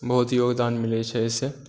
बहुत योगदान मिलै छै एहिसँ